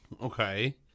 Okay